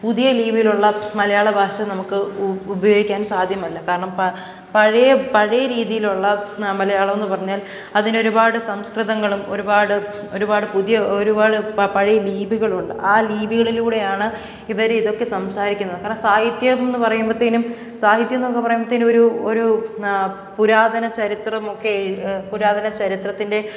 പുതിയ ലിപിയിലുള്ള മലയാളഭാഷ നമുക്ക് ഉ ഉപയോഗിക്കാൻ സാധ്യമല്ല കാരണം പ പഴയ പഴയ രീതിയിലുള്ള മലയാളമെന്നു പറഞ്ഞാൽ അതിന് ഒരുപാട് സംസ്കൃതങ്ങളും ഒരുപാട് ഒരുപാട് പുതിയ ഒരുപാട് പ പഴയ ലിപികളുണ്ട് ആ ലീപികളിലൂടെയാണ് ഇവരിതൊക്കെ സംസാരിക്കുന്നതു കാരണം സാഹിത്യമെന്നു പറയുമ്പോഴത്തേനും സാഹിത്യമെന്നൊക്കെ പറയുമ്പോഴത്തേനും ഒരു ഒരു പുരാതന ചരിത്രമൊക്കെ എഴ് അ പുരാതന ചരിത്രത്തിൻ്റെ